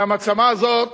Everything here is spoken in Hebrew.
והמעצמה הזאת